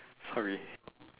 sorry